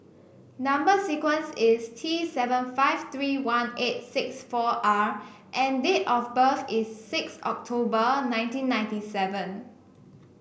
number sequence is T seven five three one eight six four R and date of birth is six October nineteen ninety seven